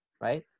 right